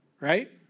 right